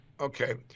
Okay